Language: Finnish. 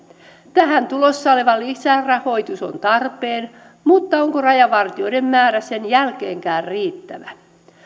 tähän tulossa oleva lisärahoitus on tarpeen mutta onko rajavartijoiden määrä sen jälkeenkään riittävä